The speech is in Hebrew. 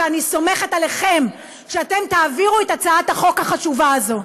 ואני סומכת עליכם שאתם תעבירו את הצעת החוק החשובה הזאת.